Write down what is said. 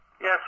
Yes